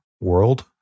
world